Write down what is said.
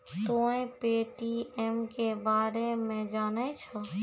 तोंय पे.टी.एम के बारे मे जाने छौं?